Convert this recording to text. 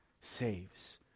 saves